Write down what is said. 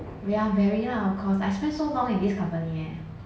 well very lah of course I spent so long in this company eh